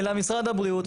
אלא משרד הבריאות,